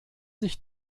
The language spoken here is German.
sich